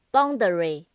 Boundary